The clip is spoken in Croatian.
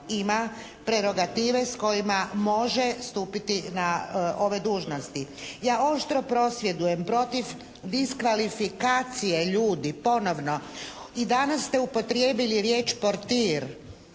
ima prerogative s kojima može stupiti na ove dužnosti. Ja oštro prosvjedujem protiv diskvalifikacije ljudi ponovno. I danas ste upotrijebili riječ: "portir"